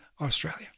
Australia